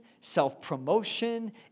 self-promotion